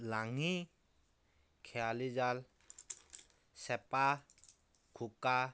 লাঙি খেৱালি জাল চেপা খোকা